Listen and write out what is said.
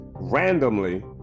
Randomly